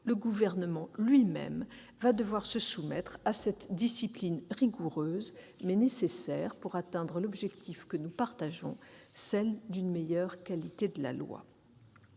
le Gouvernement devra lui-même se soumettre à cette discipline rigoureuse, mais nécessaire pour atteindre l'objectif que nous partageons, celui d'une meilleure qualité de la loi.